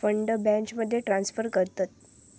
fund बॅचमध्ये transfer करतत